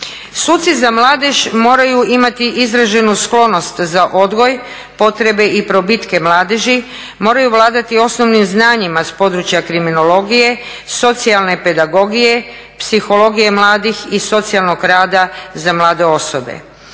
Suci za mladež moraju imati izraženu sklonost za odgoj, potrebe i probitke mladeži, moraju vladati osnovnim znanjima sa područja kriminologije, socijalne pedagogije, psihologije mladih i socijalnog rada za mlade osobe.